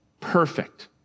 perfect